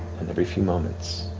every few moments